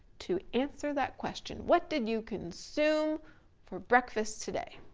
to answer that question, what did you consume for breakfast today?